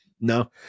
No